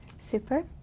Super